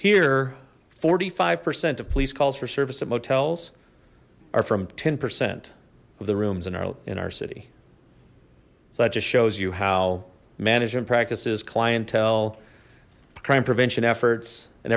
here forty five percent of police calls for service at motels are from ten percent of the rooms in our in our city so that just shows you how management practices clientele crime prevention efforts and